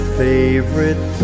favorite